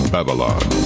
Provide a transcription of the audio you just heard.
Babylon